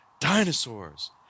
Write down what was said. dinosaurs